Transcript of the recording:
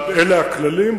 אלה הכללים.